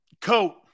Coat